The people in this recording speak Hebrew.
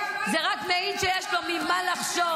כבר --- פנינה ----- זה רק מעיד שיש לו ממה לחשוש.